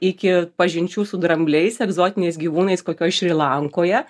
iki pažinčių su drambliais egzotiniais gyvūnais kokioj šri lankoje